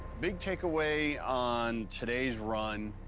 big takeaway on today's run.